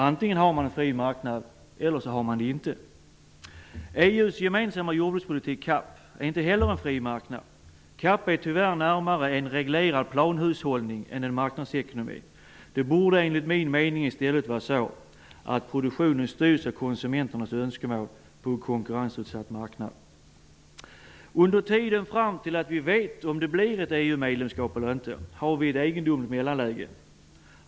Antingen har man en fri marknad eller också har man det inte. EU:s gemensamma jordbrukspolitik, CAP, är inte heller en fri marknad. CAP är tyvärr närmare en reglerad planhushållning än en marknadsekonomi. Det borde enligt min mening i stället vara så att produktionen styrdes av konsumenternas önskemål på en konkurrensutsatt marknad. Under tiden fram till det att vi vet om Sverige kommer att bli medlem i EU eller inte befinner vi oss i ett egendomligt mellanläge.